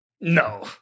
no